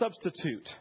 substitute